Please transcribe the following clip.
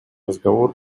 разговор